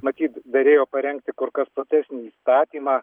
matyt derėjo parengti kur kas platesnį įstatymą